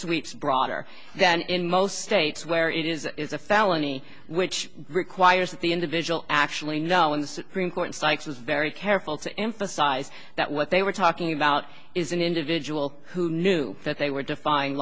sweeps broader than in most states where it is is a felony which requires that the individual actually know when the supreme court strikes was very careful to emphasize that what they were talking about is an individual who knew that they were defyin